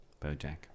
BoJack